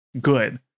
good